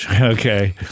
Okay